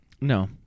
No